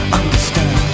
understand